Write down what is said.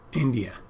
India